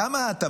כמה אתה?